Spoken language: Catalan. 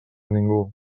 ningú